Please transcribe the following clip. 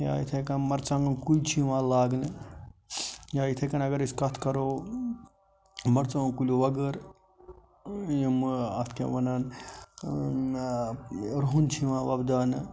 یا یِتھَے کٔنۍ مرژٕوانٛگن کُلۍ چھِ یِوان لاگنہٕ یا یِتھَے کٔنی اگر أسی کَتھ کَرو مرژٕوانٛگن کُلیٚو بغٲر یمہٕ اَتھ کیٛاہ وَنان رُہُن چھُ یِوان وۄبداونہٕ